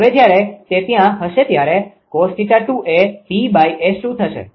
હવે જ્યારે તે ત્યાં હશે ત્યારે cos𝜃2 એ થશે